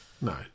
No